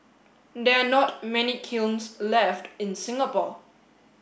there are not many kilns left in Singapore